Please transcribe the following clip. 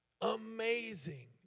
Amazing